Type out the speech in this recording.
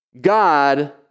God